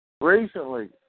Recently